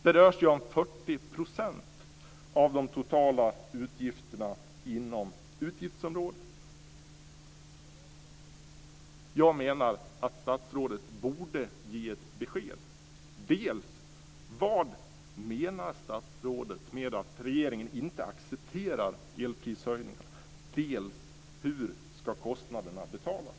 Det rör sig om 40 % av de totala utgifterna inom utgiftsområdet. Jag menar att statsrådet borde ge ett besked - dels om vad han menar med att regeringen inte accepterar elprishöjningar, dels om hur kostnaderna ska betalas.